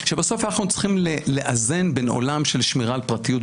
שבסוף אנחנו צריכים לאזן בין עולם של שמירה על פרטיות,